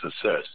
success